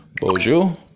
Bonjour